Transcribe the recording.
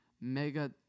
Mega